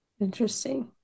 Interesting